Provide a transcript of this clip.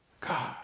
god